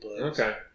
Okay